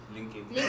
LinkedIn